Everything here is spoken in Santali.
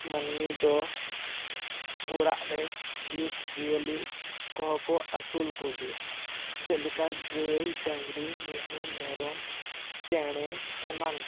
ᱢᱟᱹᱱᱢᱤ ᱫᱚ ᱚᱲᱟᱜ ᱨᱮ ᱡᱤᱵᱽ ᱡᱤᱭᱟᱹᱞᱤ ᱠᱚᱦᱚᱸ ᱠᱚ ᱟᱥᱩᱞ ᱠᱚᱜᱮᱭᱟ ᱡᱮᱞᱮᱠᱟ ᱜᱟᱹᱭ ᱰᱟᱝᱨᱤ ᱢᱤᱦᱩ ᱢᱮᱨᱚᱢ ᱪᱮᱬᱮ ᱮᱢᱟᱱ ᱠᱚ